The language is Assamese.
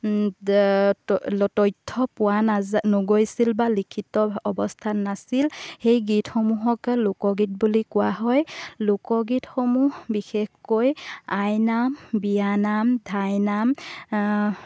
তথ্য পোৱা নাযা নগৈছিল বা লিখিত অৱস্থাত নাছিল সেই গীতসমূহকে লোকগীত বুলি কোৱা হয় লোকগীতসমূহ বিশেষকৈ আইনাম বিয়ানাম ধাইনাম